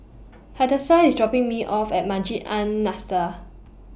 Hadassah IS dropping Me off At Masjid An Nahdhah